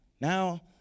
Now